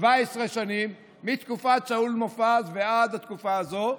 17 שנים, מתקופת שאול מופז ועד התקופה הזו,